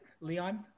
leon